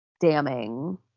damning